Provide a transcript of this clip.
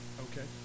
Okay